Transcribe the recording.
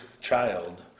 child